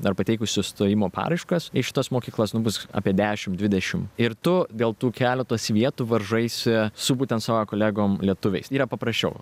dar pateikusių stojimo paraiškas iš tos mokyklos nu bus apie dešimt dvidešimt ir tu dėl tų keletos vietų varžaisi su būtent savo kolegom lietuviais yra paprasčiau